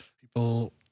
people